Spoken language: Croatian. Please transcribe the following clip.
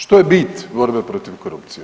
Što je bit borbe protiv korupcije?